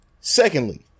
Secondly